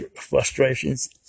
frustrations